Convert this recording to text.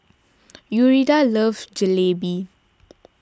Yuridia loves Jalebi